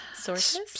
Sources